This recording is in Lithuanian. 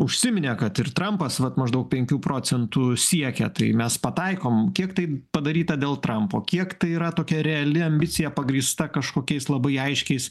užsiminė kad ir trampas vat maždaug penkių procentų siekia tai mes pataikom kiek tai padaryta dėl trampo kiek tai yra tokia reali ambicija pagrįsta kažkokiais labai aiškiais